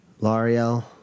L'Oreal